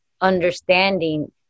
understanding